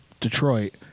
Detroit